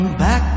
back